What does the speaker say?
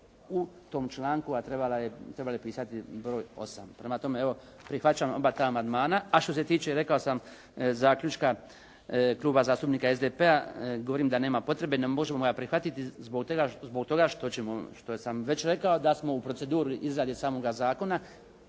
u tom članku a trebalo je pisati broj 8. Prema tome, evo prihvaćam oba ta amandmana. A što se tiče zaključka Kluba zastupnika SDP-a govorim da nema potrebe, ne možemo ga prihvatiti zbog toga što sam već rekao da smo u proceduri izrade samoga zakona